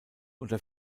unter